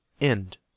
End